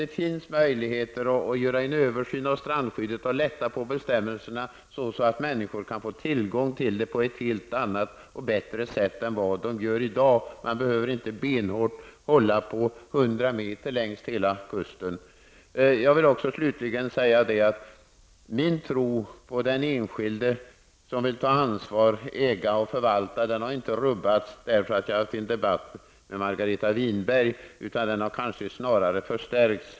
Det finns möjligheter att göra en översyn av strandskyddet och lätta på bestämmelserna så att människor kan få tillgång till stränderna på ett helt annat och bättre sätt än vad de gör i dag. Man behöver inte benhårt hålla på 100 Min tro på den enskilda som vill ta ansvar, äga och förvalta har inte rubbats bara för att jag har varit i debatt med Margareta Winberg. Den tron har snarare förstärkts.